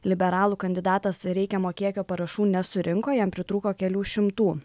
liberalų kandidatas reikiamo kiekio parašų nesurinko jam pritrūko kelių šimtų